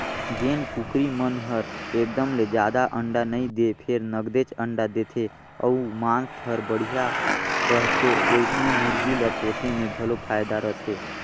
जेन कुकरी मन हर एकदम ले जादा अंडा नइ दें फेर नगदेच अंडा देथे अउ मांस हर बड़िहा रहथे ओइसने मुरगी ल पोसे में घलो फायदा रथे